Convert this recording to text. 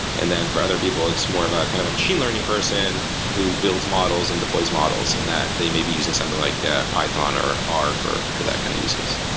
and then for other people it's more ah kind of a machine learning person who build models and deploys models and that they may be using something like ah python or r for for that kind of use case.